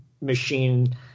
machine